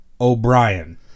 O'Brien